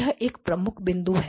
यह एक मुख्य बिंदु है